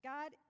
God